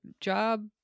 job